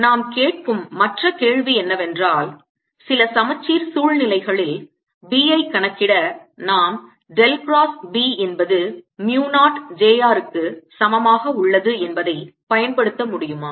நாம் கேட்கும் மற்ற கேள்வி என்னவென்றால் சில சமச்சீர் சூழ்நிலைகளில் B ஐ கணக்கிட நாம் டெல் கிராஸ் B என்பது mu 0 j r க்கு சமமாக உள்ளது என்பதை பயன்படுத்த முடியுமா